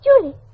Julie